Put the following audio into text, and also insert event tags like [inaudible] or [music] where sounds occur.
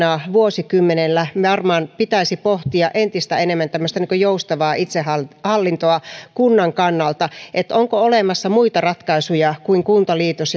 vuosikymmenellä varmaan pitäisi pohtia entistä enemmän tämmöistä joustavaa itsehallintoa kunnan kannalta sitä onko olemassa muita ratkaisuja kuin kuntaliitos [unintelligible]